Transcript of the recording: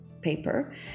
paper